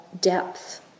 depth